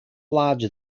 larger